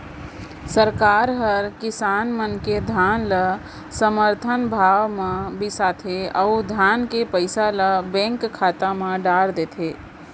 सरकार हर किसान मन के धान ल समरथन भाव म बिसाथे अउ धान के पइसा ल बेंक खाता म डार देथे